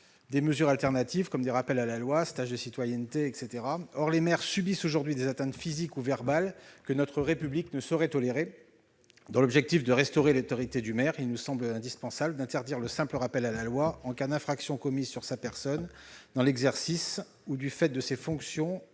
des mesures alternatives, comme des rappels à la loi ou des stages de citoyenneté. Les maires subissent aujourd'hui des atteintes physiques ou verbales que notre République ne saurait tolérer. Afin de restaurer leur autorité, il nous semble indispensable d'interdire le simple rappel à la loi en cas d'infraction commise sur leur personne dans l'exercice ou du fait de leurs fonctions